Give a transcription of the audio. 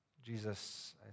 Jesus